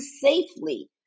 safely